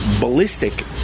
ballistic